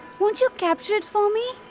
won't you capture it for me?